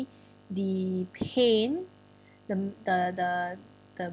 the pain the the the